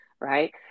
right